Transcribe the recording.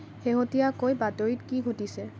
শেহতীয়াকৈ বাতৰিত কি ঘটিছে